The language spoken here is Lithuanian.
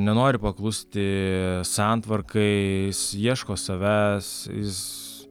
nenori paklusti santvarkai jis ieško savęs jis